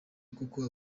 nkuko